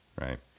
Right